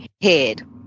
head